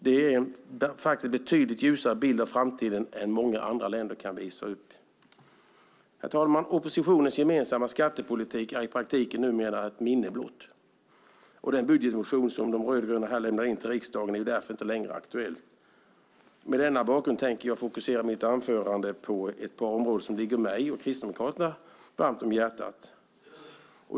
Det är en betydligt ljusare bild av framtiden än vad många andra länder kan visa upp. Herr talman! Oppositionens gemensamma skattepolitik är i praktiken numera ett minne blott. Den budgetmotion som De rödgröna lämnade till riksdagen är därför inte längre aktuell. Mot denna bakgrund tänker jag fokusera mitt anförande på ett par områden som ligger mig och Kristdemokraterna varmt om hjärtat.